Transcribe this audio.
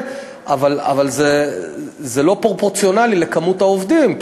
אבל זה לא פרופורציונלי למספר העובדים,